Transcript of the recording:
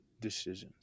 decisions